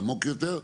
עמוק יותר?